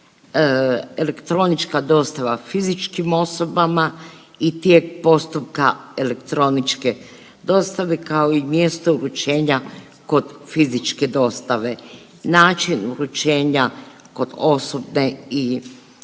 Elektronička dostava fizičkim osobama i tijek postupka elektroničke dostave kao i mjesto uručenja kod fizičke dostave, način uručenja kod osobne i posebne